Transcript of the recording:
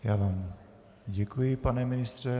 Já vám děkuji, pane ministře.